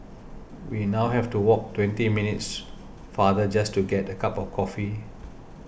we now have to walk twenty minutes farther just to get a cup of coffee